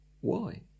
Why